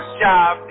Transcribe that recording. job